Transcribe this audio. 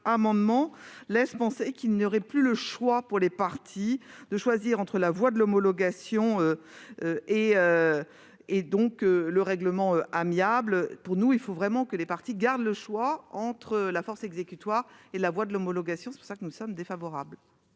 amendement laisse penser qu'il n'y aurait plus le choix pour les parties entre la voie de l'homologation et le règlement amiable. Pour nous, il faut vraiment que les parties puissent continuer à choisir entre la force exécutoire et la voie de l'homologation. C'est pour cette raison que nous sommes défavorables